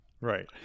Right